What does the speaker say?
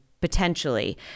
potentially